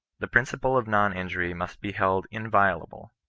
the principle of non-injury must be held inviolable.